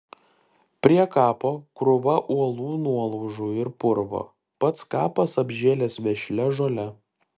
prie kapo krūva uolų nuolaužų ir purvo pats kapas apžėlęs vešlia žole